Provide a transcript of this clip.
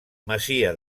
masia